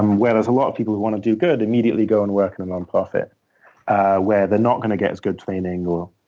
um whereas lot of people who want to do good immediately go and work at a nonprofit where they're not going to get as good training or